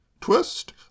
Twist